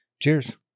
Cheers